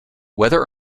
whether